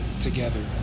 together